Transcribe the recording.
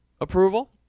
approval